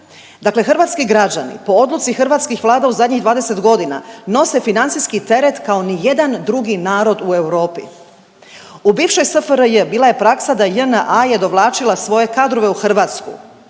Dakle, hrvatski građani po odluci hrvatskih vlada u zadnjih 20 godina nose financijski teret kao nijedan drugi narod u Europi. U bivšoj SFRJ bila je praksa da JNA je dovlačila svoje kadrove u Hrvatsku